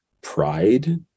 pride